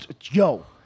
yo